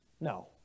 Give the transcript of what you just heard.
No